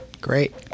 great